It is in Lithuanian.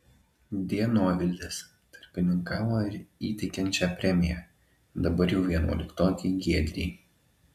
dienovidis tarpininkavo ir įteikiant šią premiją dabar jau vienuoliktokei giedrei